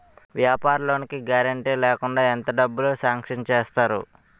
వ్యాపార లోన్ కి గారంటే లేకుండా ఎంత డబ్బులు సాంక్షన్ చేస్తారు?